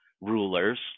rulers